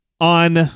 on